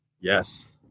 Yes